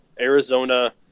arizona